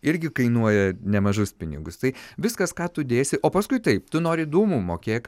irgi kainuoja nemažus pinigus tai viskas ką tu dėsi o paskui taip tu nori dūmų mokėk